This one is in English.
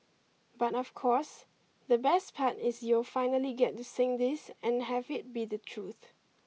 but of course the best part is you'll finally get to sing this and have it be the truth